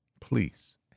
please